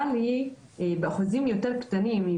אלא שהיא באחוזים יותר קטנים,